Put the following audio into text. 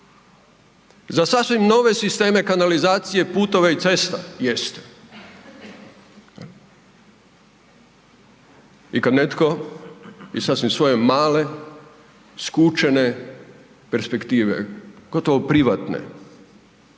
za sasvim nove sisteme kanalizacije, putova i cesta, jeste. I kad netko iz sasvim svoje male skučene perspektive, gotovo privatne,